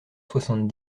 soixante